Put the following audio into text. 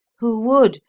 who would,